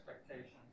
expectations